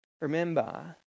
Remember